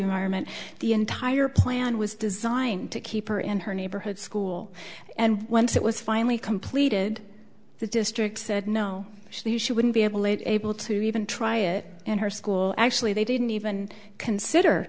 environment the entire plan was designed to keep her in her neighborhood school and once it was finally completed the district said no she knew she wouldn't be able able to even try it and her school actually they didn't even consider